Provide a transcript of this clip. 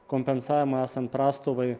kompensavimo esant prastovai